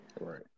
right